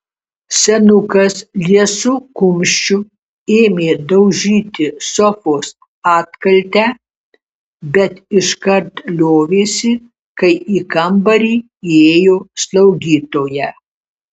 senukas liesu kumščiu ėmė daužyti sofos atkaltę bet iškart liovėsi kai į kambarį įėjo slaugytoja